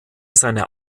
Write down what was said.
seine